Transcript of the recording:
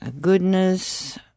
goodness